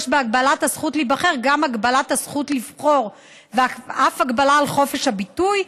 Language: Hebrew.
יש בהגבלת הזכות להיבחר גם הגבלת הזכות לבחור ואף הגבלה על חופש הביטוי,